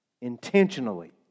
intentionally